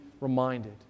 reminded